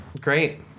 Great